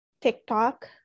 TikTok